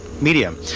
medium